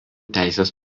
teisės